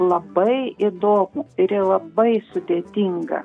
labai įdomų ir labai sudėtingą